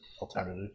Alternative